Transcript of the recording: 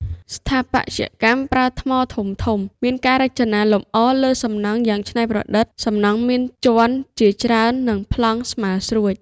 ស្ថាបត្យកម្ម ប្រើថ្មធំៗ មានការរចនាលម្អលើសំណង់យ៉ាងច្នៃប្រឌិត។ សំណង់មានជាន់ជាច្រើន និងប្លង់ស្មើស្រួច។